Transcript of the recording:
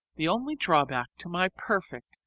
the only drawback to my perfect,